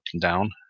down